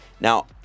Now